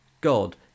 God